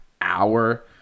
hour